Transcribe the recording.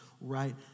right